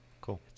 Cool